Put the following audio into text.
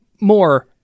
more